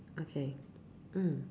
okay mm